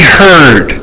heard